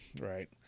Right